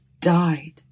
died